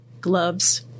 gloves